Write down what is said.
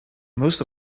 most